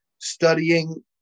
studying